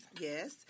Yes